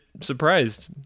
surprised